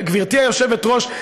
גברתי היושבת-ראש,